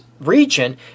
region